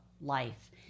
life